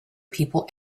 people